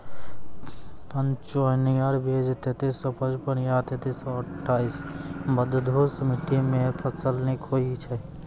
Pioneer बीज तेंतीस सौ पचपन या तेंतीस सौ अट्ठासी बलधुस मिट्टी मे फसल निक होई छै?